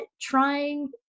trying